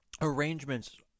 arrangements